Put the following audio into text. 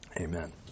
Amen